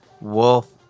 Wolf